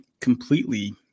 completely